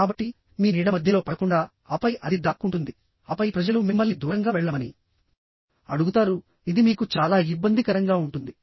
కాబట్టి మీ నీడ మధ్యలో పడకుండా ఆపై అది దాక్కుంటుంది ఆపై ప్రజలు మిమ్మల్ని దూరంగా వెళ్ళమని అడుగుతారుఇది మీకు చాలా ఇబ్బందికరంగా ఉంటుంది